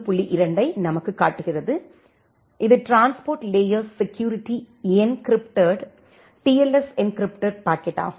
2 ஐ நமக்குக் காட்டுகிறது இது transport layer security encrypted TLS encrypted packet ஆகும்